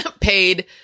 paid